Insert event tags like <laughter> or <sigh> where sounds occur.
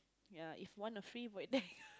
ya if wanna free void <laughs> deck